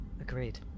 Agreed